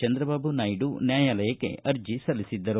ಚಂದ್ರಬಾಬು ನಾಯ್ದು ನ್ಯಾಯಾಲಯಕ್ಕೆ ಅರ್ಜೆ ಸಲ್ಲಿಸಿದ್ದರು